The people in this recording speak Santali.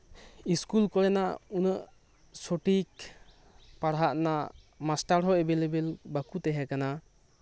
ᱤᱥᱠᱩᱞ ᱠᱚᱨᱮᱱᱟᱜ ᱩᱱᱟᱹᱜ ᱥᱚᱴᱷᱤᱠ ᱯᱟᱲᱦᱟᱜ ᱨᱮᱱᱟᱜ ᱢᱟᱥᱴᱟᱨ ᱮᱵᱮᱞ ᱮᱵᱮᱞ ᱵᱟᱠᱩ ᱛᱟᱸᱦᱮ ᱠᱟᱱᱟ